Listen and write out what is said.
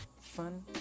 fun